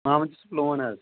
محمد یوٗسُف لون حظ